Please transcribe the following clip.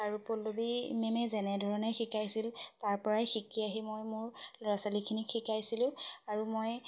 আৰু পল্লৱী মেমে যেনেধৰণে শিকাইছিল তাৰপৰাই শিকি আহি মই মোৰ ল'ৰা ছোৱালীখিনিক শিকাইছিলোঁ আৰু মই